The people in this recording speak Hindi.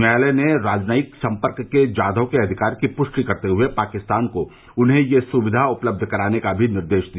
न्यायालय ने राजनयिक संपर्क के जाधव के अधिकार की पृष्टि करते हए पाकिस्तान को उन्हें यह सुविधा उपलब्ध कराने का भी निर्देश दिया